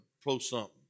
pro-something